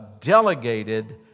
delegated